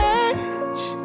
edge